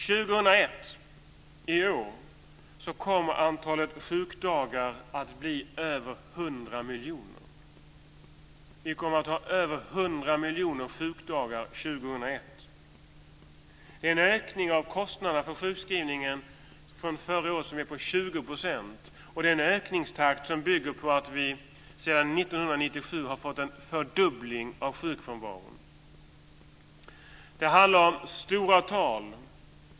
I år, 2001, kommer antalet sjukdagar att bli över 100 miljoner. Vi kommer att ha över 100 miljoner sjukdagar 2001. Det är en ökning av kostnaderna för sjukskrivning med 20 % från förra året, och det är en ökningstakt som bygger på att vi sedan 1997 har fått en fördubbling av sjukfrånvaron. Det handlar om stora tal.